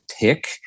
pick